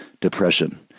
depression